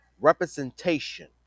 Representation